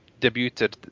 debuted